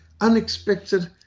unexpected